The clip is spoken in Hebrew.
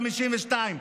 52 מיליון שקל.